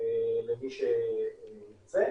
למי שירצה.